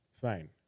Fine